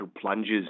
plunges